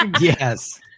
Yes